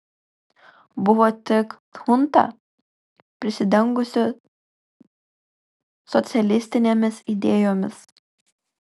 buvo tik chunta prisidengusi socialistinėmis idėjomis